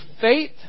faith